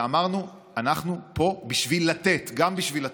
ואמרנו: אנחנו פה גם בשביל לתת.